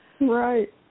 Right